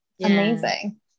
Amazing